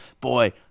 boy